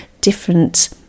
different